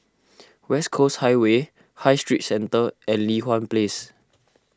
West Coast Highway High Street Centre and Li Hwan Place